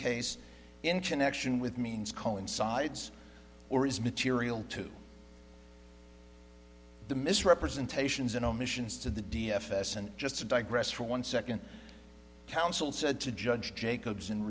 scase into an action with means coincides or is material to the misrepresentations and omissions to the d f s and just to digress for one second counsel said to judge jacobs in